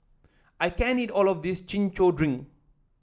I can't eat all of this Chin Chow Drink